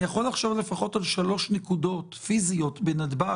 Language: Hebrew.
אני יכול לחשוב על לפחות שלוש נקודות פיזיות בנתב"ג,